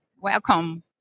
Welcome